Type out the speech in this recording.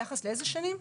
ביחס לאילו שנים?